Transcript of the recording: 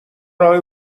راه